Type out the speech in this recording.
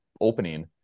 opening